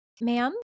ma'am